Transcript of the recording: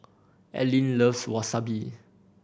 Allyn loves Wasabi